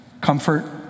comfort